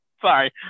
Sorry